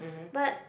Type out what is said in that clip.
but